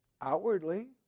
outwardly